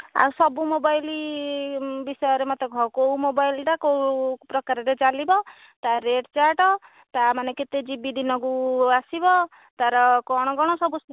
ଆଉ ସବୁ ମୋବାଇଲ ବିଷୟରେ ମୋତେ କୁହ କେଉଁ ମୋବାଇଲଟା କେଉଁ ପ୍ରକାରରେ ଚାଲିବ ତା ରେଟ୍ ଚାର୍ଟ ତା'ମାନେ କେତେ ଜିବି ଦିନକୁ ଆସିବ ତାର କ'ଣ କ'ଣ ସବୁ